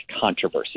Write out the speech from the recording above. controversy